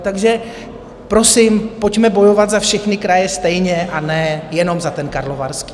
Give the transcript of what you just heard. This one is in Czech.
Takže prosím, pojďme bojovat za všechny kraje stejně, a ne jenom za ten Karlovarský.